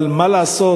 אבל מה לעשות?